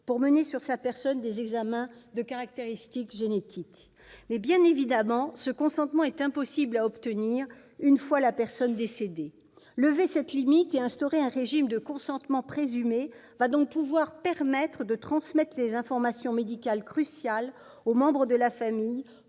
pour mener sur sa personne des examens de caractéristiques génétiques. Bien évidemment, ce consentement est impossible à obtenir une fois la personne décédée. Lever cette limite et instaurer un régime de consentement présumé va donc permettre de transmettre des informations médicales cruciales aux membres de la famille